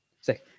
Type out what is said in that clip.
say